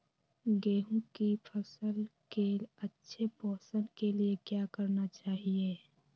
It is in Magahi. गेंहू की फसल के अच्छे पोषण के लिए क्या करना चाहिए?